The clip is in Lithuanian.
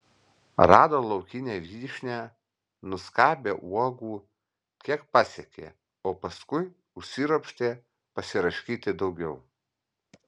rado laukinę vyšnią nuskabė uogų kiek pasiekė o paskui užsiropštė pasiraškyti daugiau